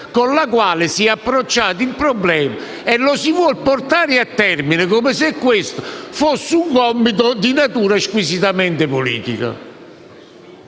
con le quali si è approcciato il problema e lo si vuole portare a termine, come se fosse un compito di natura squisitamente politica.